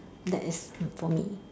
that is for me